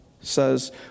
says